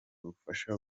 ubufasha